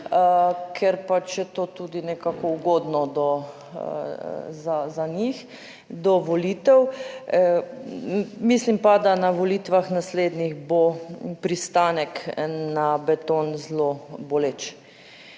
ker pač je to tudi nekako ugodno za njih do volitev. Mislim pa, da na volitvah naslednjih bo pristanek na beton zelo boleč.